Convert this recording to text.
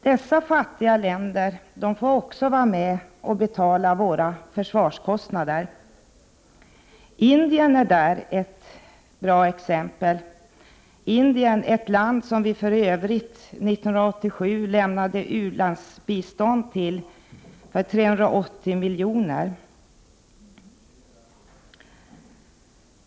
Dessa fattiga länder får också vara med och betala våra försvarskostnader. Indien är där ett bra exempel. År 1987 gav vi Indien ett u-landsbistånd på 380 milj.kr.